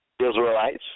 Israelites